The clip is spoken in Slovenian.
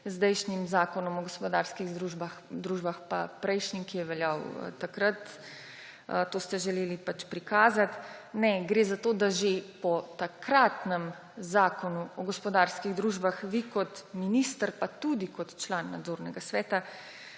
zdajšnjim Zakonom o gospodarskih družbah pa prejšnjim, ki je veljal takrat. To ste želeli prikazati. Ne, gre za to, da že po takratnem Zakonu o gospodarskih družbah vi kot minister pa tudi kot član nadzornega sveta